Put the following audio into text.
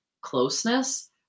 closeness